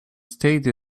state